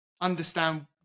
understand